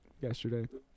yesterday